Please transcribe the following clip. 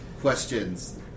questions